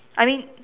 I mean